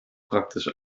praktisch